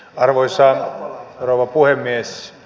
arvoisa rouva puhemies